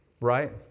Right